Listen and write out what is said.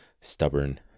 stubborn